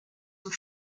for